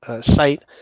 site